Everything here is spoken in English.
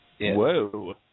Whoa